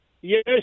Yes